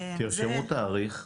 תרשמו תאריך,